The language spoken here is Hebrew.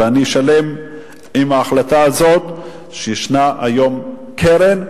ואני שלם עם ההחלטה הזאת שישנה היום קרן,